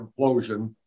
implosion